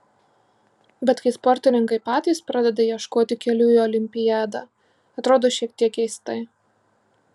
bet kai sportininkai patys pradeda ieškoti kelių į olimpiadą atrodo šiek tiek keistai